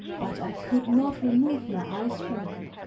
but i could not remove my eyes from him.